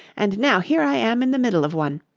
and now here i am in the middle of one!